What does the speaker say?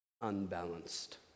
unbalanced